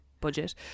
Budget